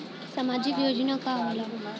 सामाजिक योजना का होला?